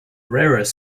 rarest